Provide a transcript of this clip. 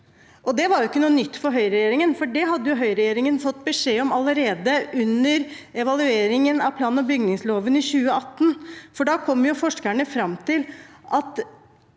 Det var ikke noe nytt for høyreregjeringen, for det hadde høyreregjeringen fått beskjed om allerede under evalueringen av planog bygningsloven i 2018. Da kom forskerne fram til –